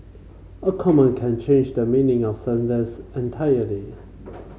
a comma can change the meaning of sentence entirely